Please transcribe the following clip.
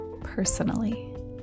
personally